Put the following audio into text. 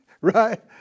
Right